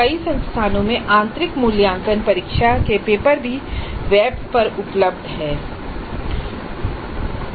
कई संस्थानों में आंतरिक मूल्यांकन परीक्षा के पेपर भी बेब पर उपलब्ध होते हैं